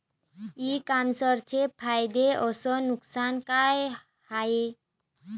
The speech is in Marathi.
इ कामर्सचे फायदे अस नुकसान का हाये